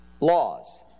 laws